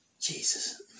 Jesus